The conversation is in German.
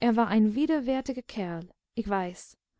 er war ein widerwärtiger kerl ich weiß